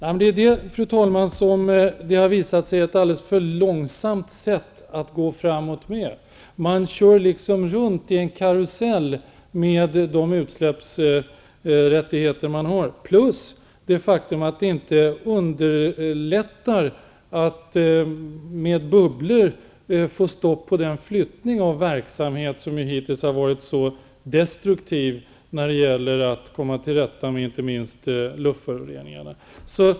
Fru talman! Det har visat sig vara ett alldeles för långsamt sätt att gå framåt. Man kör liksom runt utsläppsrättigheterna i en karusell. Bubblorna underlättar inte heller att få stopp på den flyttning av verksamheter som ju hittills har varit så destruktiv när det gäller att komma till rätta inte minst med luftföroreningarna.